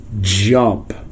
jump